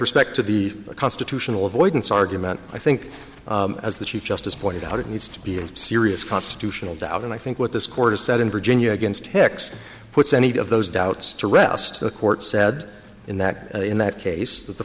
respect to the constitutional avoidance argument i think as the chief justice pointed out it needs to be a serious constitutional doubt and i think what this court has said in virginia against hicks puts any of those doubts to rest the court said in that in that case